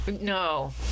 No